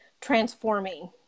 transforming